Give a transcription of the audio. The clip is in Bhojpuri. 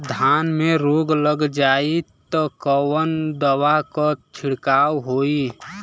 धान में रोग लग जाईत कवन दवा क छिड़काव होई?